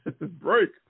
Break